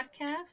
podcast